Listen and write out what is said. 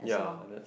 yeah that's